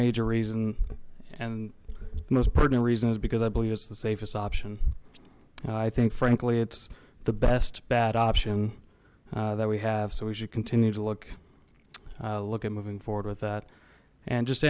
major reason and most pertinent reason is because i believe it's the safest option i think frankly it's the best bad option that we have so we should continue to look look at moving forward with that and just